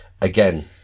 again